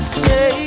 say